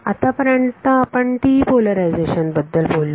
आतापर्यंत आपण TE polarization बद्दल बोललो